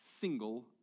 single